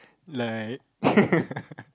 like